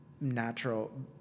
natural